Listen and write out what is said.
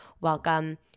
welcome